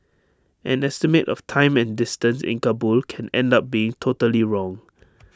an estimate of time and distance in Kabul can end up being totally wrong